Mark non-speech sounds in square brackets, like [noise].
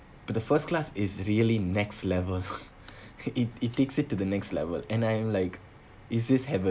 but the first class is really next level [laughs] it it takes it to the next level and I am like is this heaven